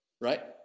right